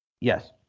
yes